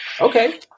Okay